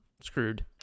screwed